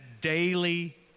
daily